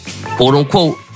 quote-unquote